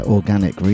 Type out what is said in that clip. Organic